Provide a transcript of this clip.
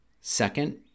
Second